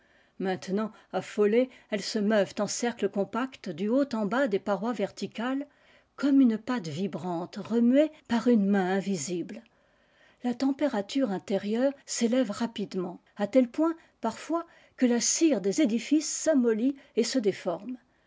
maintenant affolées elles se meuvent en cercles compacts du haut en bas des parpis verticales comme une pâte vibrante remuée par une main invisible la température intérieure s'élève rapidement à tel point parfois que la cire des édifices s'amollit et se déforme